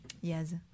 Yes